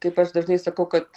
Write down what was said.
kaip aš dažnai sakau kad